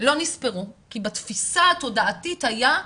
לא נספרו כי בתפיסה התודעתית היה,